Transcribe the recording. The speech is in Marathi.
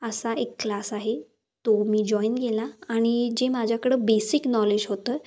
असा एक क्लास आहे तो मी जॉईन केला आणि जे माझ्याकडं बेसिक नॉलेज होतं